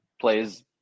plays